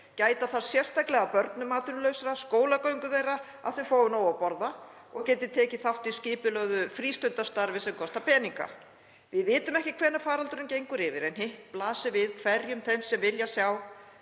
Gæta þarf sérstaklega að börnum atvinnulausra, skólagöngu þeirra, að þau fái nóg að borða og geti tekið þátt í skipulögðu frístundastarfi sem kostar peninga. Við vitum ekki hvenær faraldurinn gengur yfir en hitt blasir við hverjum þeim sem vilja sjá